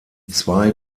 zwei